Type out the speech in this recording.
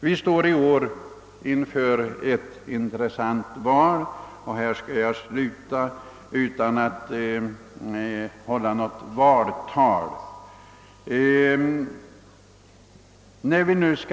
Vi står i år inför ett intressant val, och jag vill utan att hålla något valtal avsluta mitt anförande med några ord om detta.